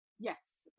Yes